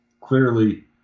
clearly